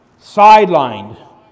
sidelined